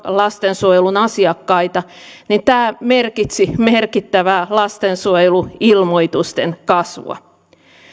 lastensuojelun asiakkaita tämä merkitsi merkittävää lastensuojeluilmoitusten kasvua